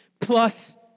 plus